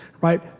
right